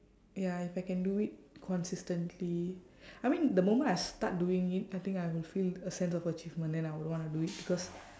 ya if I can do it consistently I mean the moment I start doing it I think I will feel a sense of achievement then I would wanna do it because